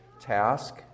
task